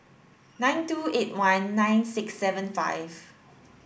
nine two eight one nine six seven five